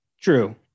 True